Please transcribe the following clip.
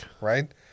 Right